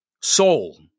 Soul